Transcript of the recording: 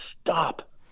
stop